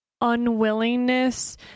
unwillingness